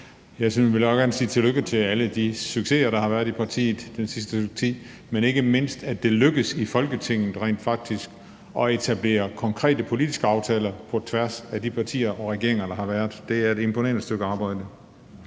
Jeg vil også gerne sige tillykke med alle de succeser, der har været for partiet den sidste tid, ikke mindst, at det rent faktisk lykkedes i Folketinget at lave konkrete politiske aftaler på tværs af de partier og regeringer, der har været. Det er et imponerende stykke arbejde.